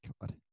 God